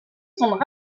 tourne